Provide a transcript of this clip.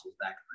back